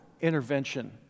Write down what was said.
intervention